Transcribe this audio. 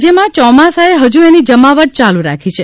રાજ્યમાં ચોમાસાએ હજુ એની જમાવટ યાલુ રાખી છે